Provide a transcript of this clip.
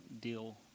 deal